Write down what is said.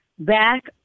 back